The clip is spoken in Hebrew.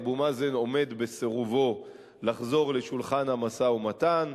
אבו מאזן עומד בסירובו לחזור לשולחן המשא-ומתן.